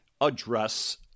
address